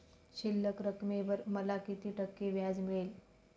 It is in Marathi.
शिल्लक रकमेवर मला किती टक्के व्याज मिळेल?